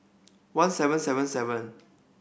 one seven seven seven